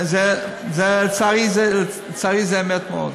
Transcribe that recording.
לצערי, זה אמיתי מאוד.